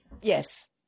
Yes